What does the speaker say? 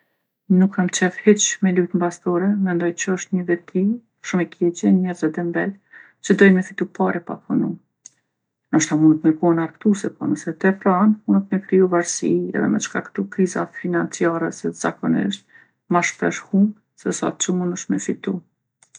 Nuk kam qef hiq me lujtë n'bastore. Mendoj që është nji veti shumë e keqe e njerzve dembel që dojnë me fitu pare pa punu. Nashta munët me kon argtuse, po nëse e tepron munet me t'kriju varsi edhe me t'shkaktu kriza financiare se zakonisht ma shumë hup sesa që munësh me fitu.